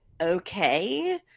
okay